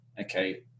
okay